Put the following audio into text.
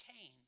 Cain